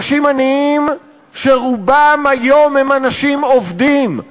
אנשים עניים שרובם היום הם אנשים עובדים.